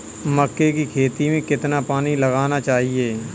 मक्के की खेती में कितना पानी लगाना चाहिए?